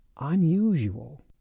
unusual